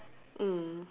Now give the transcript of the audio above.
mm